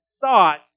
thought